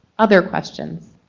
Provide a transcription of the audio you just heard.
other questions?